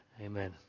amen